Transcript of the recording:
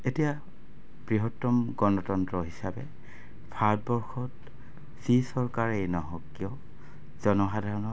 এতিয়া বৃহত্তম গণতন্ত্ৰ হিচাপে ভাৰতবৰ্ষত যি চৰকাৰেই নহওক কিয় জনসাধাৰণৰ